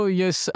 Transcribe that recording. yes